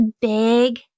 big